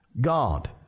God